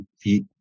feet